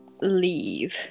leave